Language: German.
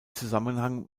zusammenhang